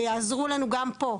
ויעזרו לנו גם פה.